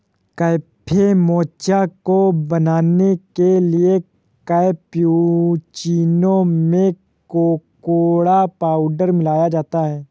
cafe mocha को बनाने के लिए कैप्युचीनो में कोकोडा पाउडर मिलाया जाता है